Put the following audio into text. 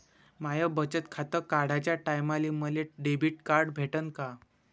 माय बचत खातं काढाच्या टायमाले मले डेबिट कार्ड भेटन का?